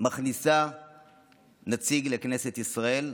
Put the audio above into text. מכניסה נציג לכנסת ישראל.